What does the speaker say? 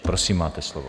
Prosím, máte slovo.